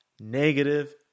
Negative